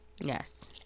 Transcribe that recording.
Yes